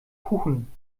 kuchen